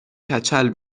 کچل